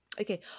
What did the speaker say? okay